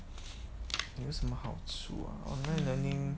有什么好处 ah online learning